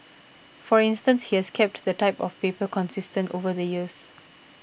for instance he has kept the type of paper consistent over the years